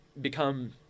become